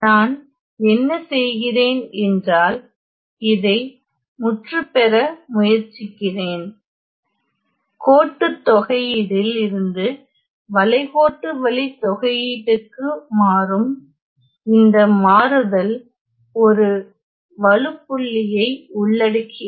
நான் என்ன செய்கிறேன் என்றால் இதை முற்றுப்பெற முயற்சிக்கிறேன் கோட்டுத் தொகையீடில் இருந்து வளைகோட்டு வழித்தொகையீடுக்கு மாறும் இந்த மாறுதல் ஒரு வழுப்புள்ளிஐ உள்ளடக்கியது